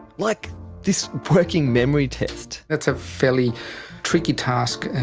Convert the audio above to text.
like this working memory test. that's a fairly tricky task.